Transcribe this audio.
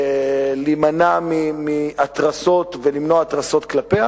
להימנע מהתרסות, ולמנוע התרסות כלפיה,